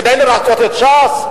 כדי לרצות את ש"ס?